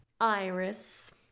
Iris